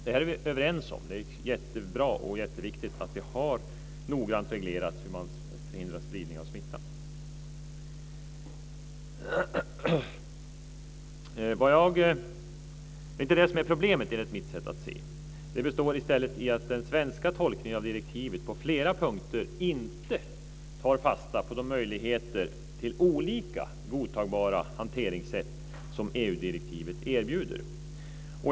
Det här är vi överens om. Det är jättebra och jätteviktigt att vi har noggrant reglerat hur man förhindrar spridning av smitta. Men det är inte det som är problemet, enligt mitt sätt att se. Problemet består i stället i att den svenska tolkningen av direktivet på flera punkter inte tar fasta på de möjligheter till olika godtagbara hanteringssätt som EU-direktivet erbjuder.